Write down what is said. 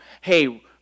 hey